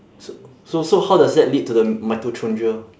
so so so how does that lead to the mitochondria